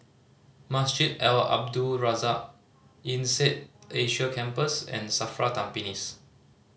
Masjid Al Abdul Razak INSEAD Asia Campus and SAFRA Tampines